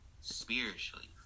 spiritually